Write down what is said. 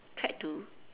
tried to